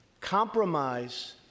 compromise